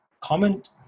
comment